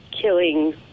killing